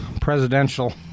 presidential